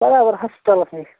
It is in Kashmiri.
برابر ہَسپٹالَس نِش